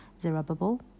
Zerubbabel